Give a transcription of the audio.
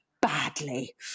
badly